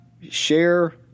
share